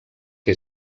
que